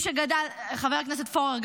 חבר הכנסת פורר,